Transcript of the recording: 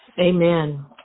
Amen